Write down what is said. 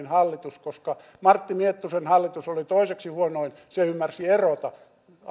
hallitus martti miettusen hallitus oli toiseksi huonoin se ymmärsi erota